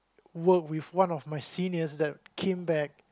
work with one of my seniors that came back